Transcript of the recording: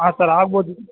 ಹಾಂ ಸರ್ ಆಗ್ಬೋದು